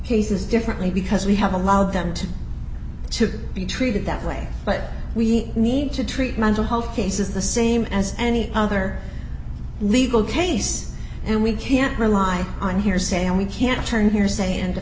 cases differently because we have allowed them to be treated that way but we need to treat mental health cases the same as any other legal case and we can't rely on hearsay and we can't turn hearsay and